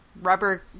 rubber